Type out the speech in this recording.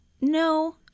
No